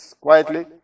quietly